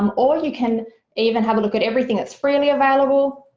um or you can even have a look at everything that's freely available,